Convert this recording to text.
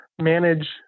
manage